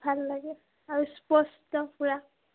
ভাল লাগে আৰু স্পষ্ট পূৰা